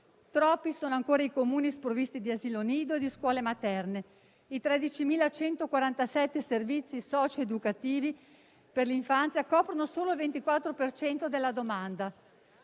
Troppi sono ancora i Comuni sprovvisti di asili nido e di scuole materne; i 13.147 servizi socio-educativi per l'infanzia coprono solo il 24 per cento della domanda.